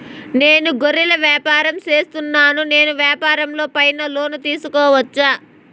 నేను గొర్రెలు వ్యాపారం సేస్తున్నాను, నేను వ్యాపారం పైన లోను తీసుకోవచ్చా?